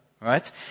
Right